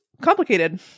complicated